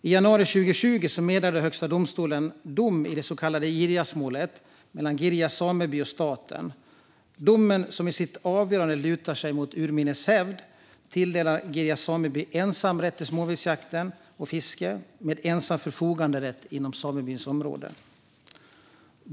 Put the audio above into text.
I januari 2020 meddelade Högsta domstolen dom i det så kallade Girjasmålet mellan Girjas sameby och staten. Domen som i sitt avgörande lutar sig mot urminnes hävd tilldelade Girjas sameby ensamrätt till småviltsjakt och fiske med ensam förfoganderätt inom samebyns område.